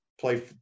play